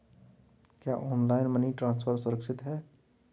क्या online money transfer सुरक्षित है?